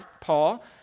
Paul